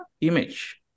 image